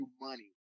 money